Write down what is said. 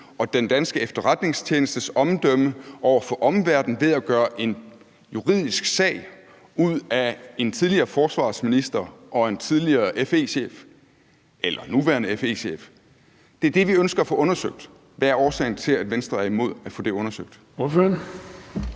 og den danske efterretningstjenestes omdømme over for omverdenen ved at gøre en juridisk sag ud af en tidligere forsvarsminister og en tidligere FE-chef – eller nuværende FE-chef. Det er det, vi ønsker at få undersøgt. Hvad er årsagen til, at Venstre er imod at få det undersøgt?